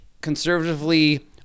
conservatively